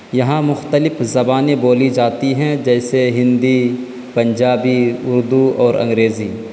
یہاں مختلف زبانیں بولی جاتی ہیں جیسے ہندی پنجابی اردو اور انگریزی